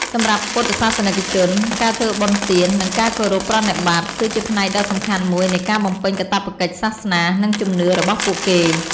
សម្រាប់ពុទ្ធសាសនិកជន ការធ្វើបុណ្យទាន និងការគោរពប្រណិប័តន៍ គឺជាផ្នែកដ៏សំខាន់មួយនៃការបំពេញកាតព្វកិច្ចសាសនា និងជំនឿរបស់ពួកគេ។